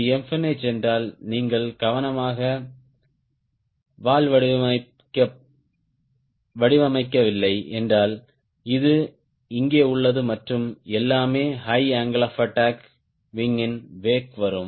இது எம்பெனேஜ் என்றால் நீங்கள் கவனமாக வால் வடிவமைக்கவில்லை என்றால் இது இங்கே உள்ளது மற்றும் எல்லாமே ஹை அங்கிள் ஆப் அட்டாக் விங்யின் வெக் க்கு வரும்